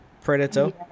predator